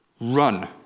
Run